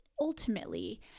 ultimately